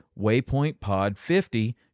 waypointpod50